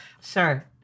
Sure